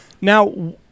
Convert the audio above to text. Now